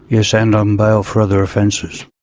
yes, and on bail for other offences.